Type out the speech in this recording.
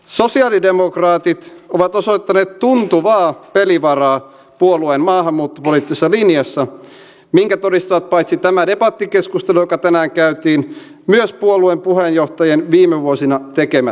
sosialidemokraatit ovat osoittaneet tuntuvaa pelivaraa puolueen maahanmuuttopoliittisessa linjassa minkä todistavat paitsi tämä debattikeskustelu joka tänään käytiin myös puolueen puheenjohtajien viime vuosina tekemät linjaukset